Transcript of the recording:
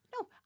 no